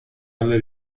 alla